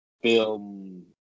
film